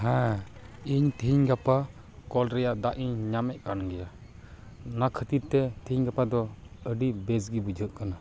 ᱦᱮᱸ ᱤᱧ ᱛᱤᱦᱤᱧ ᱜᱟᱯᱟ ᱠᱚᱞ ᱨᱮᱭᱟᱜ ᱫᱟᱜ ᱤᱧ ᱧᱟᱢᱮᱫ ᱠᱟᱱ ᱜᱮᱭᱟ ᱚᱱᱟ ᱠᱷᱟᱹᱛᱤᱨ ᱛᱮ ᱛᱤᱦᱤᱧ ᱜᱟᱯᱟᱫᱚ ᱟᱹᱰᱤ ᱵᱮᱥ ᱜᱮ ᱵᱩᱡᱷᱟᱹᱜ ᱠᱟᱱᱟ